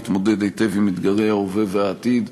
להתמודד היטב עם אתגרי ההווה והעתיד,